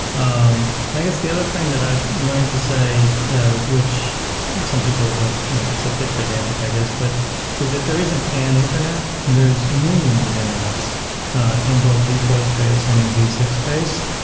um and i guess the other thing that i've learned to say yeah which some people like you know it's a bit pedantic, i guess, but is that there is an an internet. there's millions of internets in both v four space and in v six space.